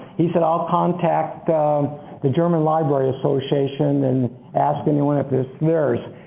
he said, i'll contact the german library association and ask anyone if it's theirs.